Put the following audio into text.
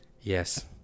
Yes